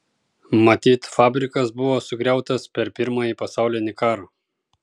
matyt fabrikas buvo sugriautas per pirmąjį pasaulinį karą